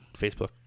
Facebook